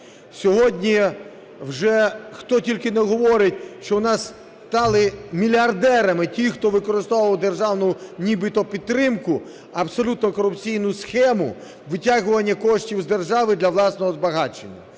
Сьогодні вже хто тільки не говорить, що у нас стали мільярдерами ті, хто використовував державну нібито підтримку – абсолютно корупційну схему витягування коштів з держави для власного збагачення.